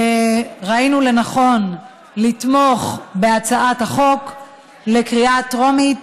ראינו לנכון לתמוך בהצעת החוק בקריאה טרומית.